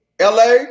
LA